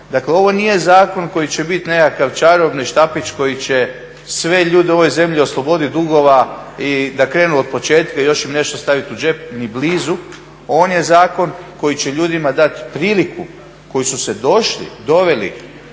Dakle, ovo nije zakon koji će biti nekakav čarobni štapić koji će sve ljude u ovoj zemlji osloboditi dugova i da krenu od početka i još im nešto stavit u džep ni blizu. On je zakon koji će ljudima dati priliku koji su se došli, doveli